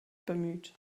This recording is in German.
bemüht